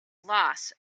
loss